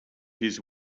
his